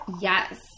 yes